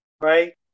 right